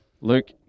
Luke